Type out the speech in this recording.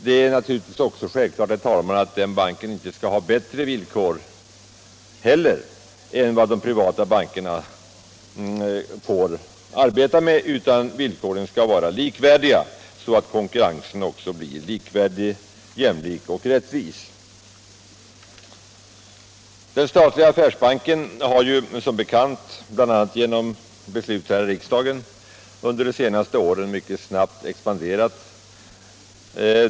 Det är naturligtvis också självklart att den banken inte heller skall ha bättre villkor än vad de privata bankerna får arbeta under, utan villkoren skall vara likvärdiga så att konkurrensen blir likvärdig, jämlik och rättvis. Den statliga affärsbanken har som bekant, bl.a. genom beslut här i riksdagen, expanderat mycket snabbt under de senaste åren.